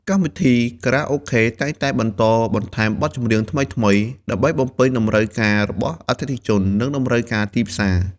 កម្មវិធីខារ៉ាអូខេតែងតែបន្តបន្ថែមបទចម្រៀងថ្មីៗ ដើម្បីបំពេញតាមតម្រូវការរបស់អតិថិជន និងតម្រូវការទីផ្សារ។